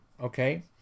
okay